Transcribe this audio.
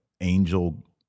angel